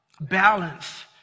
balance